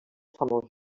famosos